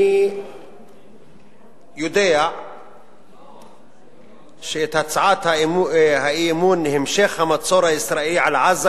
אני יודע שאת הצעת האי-אמון: המשך המצור הישראלי על עזה,